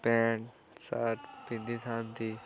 pant shirt ପିନ୍ଧିଥାନ୍ତି